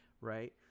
Right